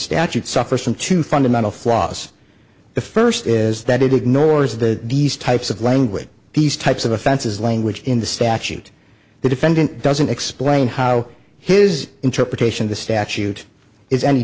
statute suffers from two fundamental flaws the first is that it ignores the these types of language these types of offenses language in the statute the defendant doesn't explain how his interpretation of the statute is any